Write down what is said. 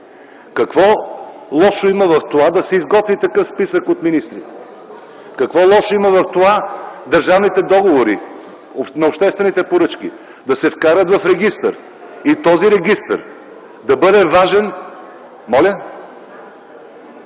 Какво лошо има в това да се изготви такъв списък от министри? Какво лошо има в това държавните договори на обществените поръчки да се вкарат в регистър и той да бъде важен?